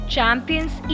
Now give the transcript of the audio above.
Champions